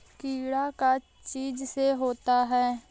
कीड़ा का चीज से होता है?